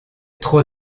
trop